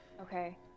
Okay